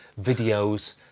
videos